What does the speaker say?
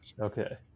Okay